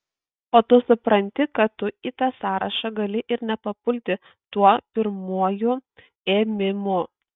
o tu supranti kad tu į tą sąrašą gali ir nepapulti tuo pirmuoju ėmimu